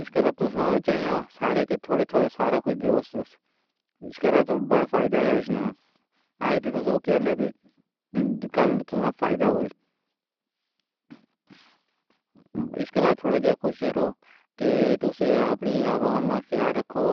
اس دا تے سارے دے تھوڑے تھوڑے سارا کجھ۔ اس دا وڈا فائدہ اے ایس نے۔ ایہی تے کل فائدہ اے۔ اس دے لئی تھوڑا خوش ہاں کہ تساں اپنی عوام دا خیال رکھو،